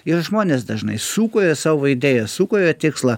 ir žmonės dažnai sukuria savo idėja sukuria tikslą